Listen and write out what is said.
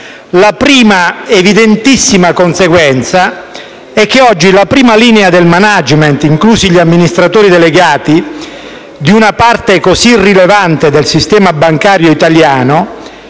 La prima evidentissima conseguenza è che oggi la prima linea del *management*, inclusi gli amministratori delegati di una parte così rilevante del sistema bancario italiano,